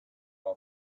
all